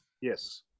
Yes